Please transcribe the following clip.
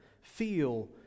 feel